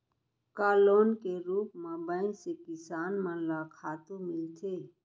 का लोन के रूप मा बैंक से किसान मन ला खातू मिलथे?